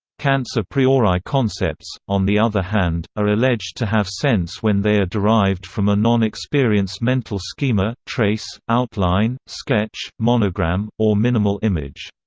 kant's a priori concepts, on the other hand, are alleged to have sense when they are derived from a non-experienced mental schema, trace, outline, sketch, monogram, or minimal image.